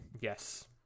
Yes